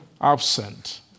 absent